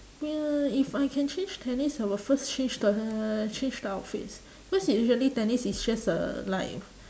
ya if I can change tennis I will first change the change the outfits cause usually tennis is just uh like